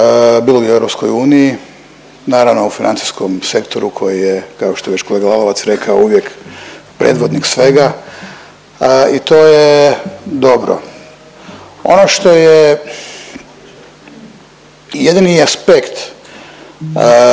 bilo u EU, naravno u francuskom sektoru koji je, kao što je već kolega Lalovac rekao, uvijek predvodnik svega i to je dobro. Ono što je jedini aspekt